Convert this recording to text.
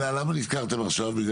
למה נזכרתם עכשיו?